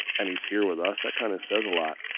and he's here with us. that kind of says a lot.